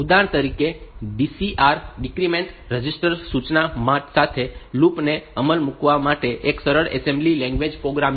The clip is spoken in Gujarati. ઉદાહરણ તરીકે DCR ડિક્રીમેન્ટ રજિસ્ટર સૂચના સાથે લૂપ્સ ને અમલમાં મૂકવા માટે એક સરળ એસેમ્બલી લેંગ્વેજ પ્રોગ્રામ છે